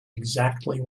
exactly